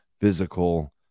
physical